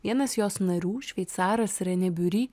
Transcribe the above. vienas jos narių šveicaras renė biury